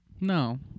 No